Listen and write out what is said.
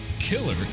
killer